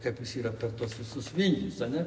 kaip jis yra per tuos visus vingius ane